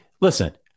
listen